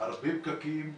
הרבה פקקים.